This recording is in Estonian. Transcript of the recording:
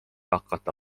hakata